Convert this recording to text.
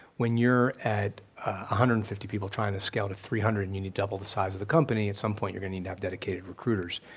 when you're at one hundred and fifty people trying to scale to three hundred and you need double the size of the company, at some point you're gonna need to have dedicated recruiters.